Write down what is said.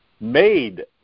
made